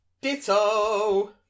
Ditto